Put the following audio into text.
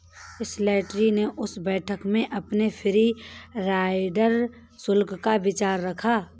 Slattery ने उस बैठक में अपने फ्री राइडर शुल्क का विचार रखा